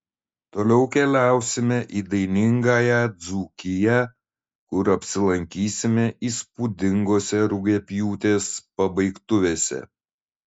toliau keliausime į dainingąją dzūkiją kur apsilankysime įspūdingose rugiapjūtės pabaigtuvėse